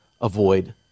avoid